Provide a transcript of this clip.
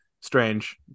Strange